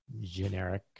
generic